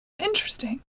Interesting